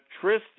Tristan